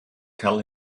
tell